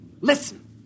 Listen